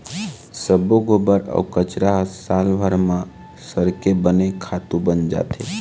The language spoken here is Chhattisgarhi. सब्बो गोबर अउ कचरा ह सालभर म सरके बने खातू बन जाथे